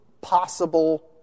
possible